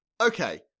Okay